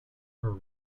her